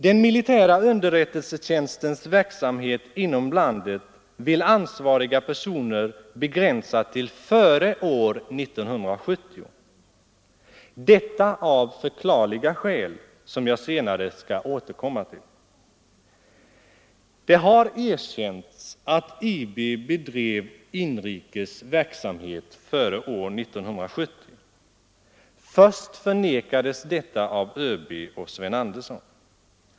Den militära underrättelsetjänstens verksamhet inom landet vill ansvariga personer begränsa till före år 1970, detta av förklarliga skäl som jag senare skall återkomma till. Det har erkänts att IB bedrev inrikes verksamhet före år 1970. Först förnekades detta av ÖB och statsrådet Sven Andersson.